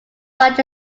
such